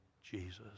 Jesus